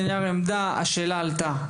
אני קצת צרודה עכשיו,